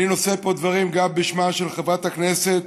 אני נושא פה דברים גם בשמה של חברת הכנסת